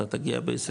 אתה תגיע ב-24,